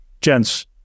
Gents